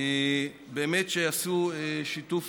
ובאמת שעשו שיתוף